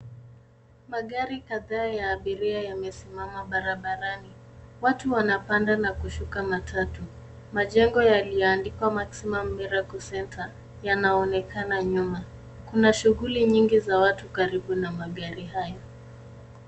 Magari kadhaa ya abiria yamesimama barabarani. Watu wanapanda na kushuka matatu. Majengo yaliyoandikwa, Maximum Miracle Center, yanaonekana nyuma. Kuna shughuli nyingi za watu karibu na magari hayo.